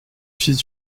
fils